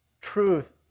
truth